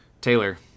Taylor